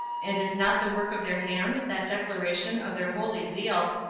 and is not the work of their hands that declaration of their holy zeal,